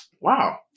wow